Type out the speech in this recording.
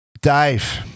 Dave